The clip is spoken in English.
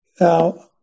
Now